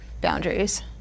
boundaries